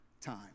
time